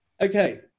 okay